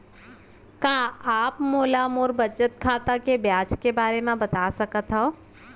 का आप मोला मोर बचत खाता के ब्याज के बारे म बता सकता हव?